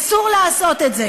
אסור לעשות את זה.